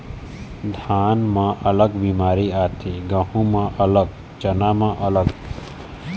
धान म अलग बेमारी आथे, गहूँ म अलग, चना म अलग